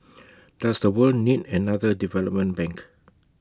does the world need another development bank